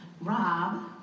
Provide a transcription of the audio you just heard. Rob